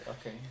okay